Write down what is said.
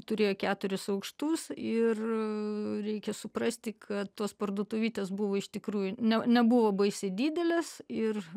turėjo keturis aukštus ir reikia suprasti kad tos parduotuvytės buvo iš tikrųjų ne nebuvo baisiai didelės ir